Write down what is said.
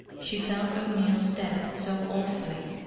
she felt o'neill's death so awfully,